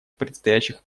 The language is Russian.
предстоящих